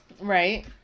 Right